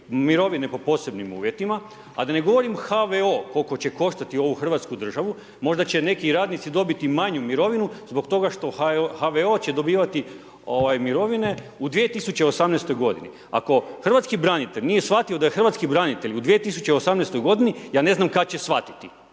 mirovine po posebnim uvjetima, a da ne govorim HVO koliko će koštati Hrvatsku državu, možda će neki radnici dobiti manju mirovinu, zbog toga što HVO će dobivati mirovine u 2018. g. Ako hrvatski branitelj nije shvatio da je hrvatski branitelj u 2018. g. ja ne znam kada će shvatiti.